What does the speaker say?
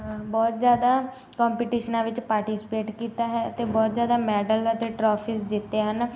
ਬਹੁਤ ਜ਼ਿਆਦਾ ਕੰਪੀਟੀਸ਼ਨਾਂ ਵਿੱਚ ਪਾਰਟੀਸਪੇਟ ਕੀਤਾ ਹੈ ਅਤੇ ਬਹੁਤ ਜ਼ਿਆਦਾ ਮੈਡਲ ਅਤੇ ਟਰੋਫੀਜ ਜਿੱਤੇ ਹਨ